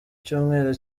cyumweru